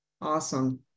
Awesome